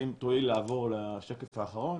השקף האחרון